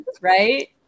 Right